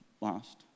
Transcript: lost